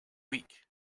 week